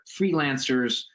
freelancers